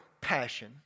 passion